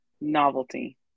novelty